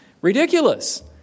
ridiculous